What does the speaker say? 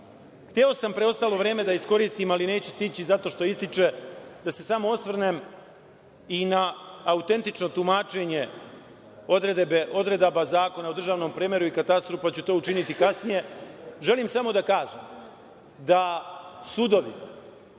sam preostalo vreme da iskoristim, ali neću stići zato što ističe, ali samo da se osvrnem i na autentično tumačenje odredaba Zakona o državnom premeru i katastru, pa ću to učiniti kasnije. Želim samo da kažem da sudovi,